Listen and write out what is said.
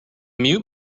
mute